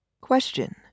Question